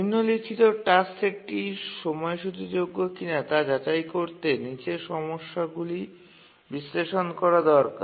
নিম্নলিখিত টাস্ক সেটটি সময়সূচীযোগ্য কিনা তা যাচাই করতে নিচের সমস্যাগুলি বিশ্লেষণ করা দরকার